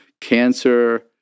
cancer